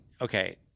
Okay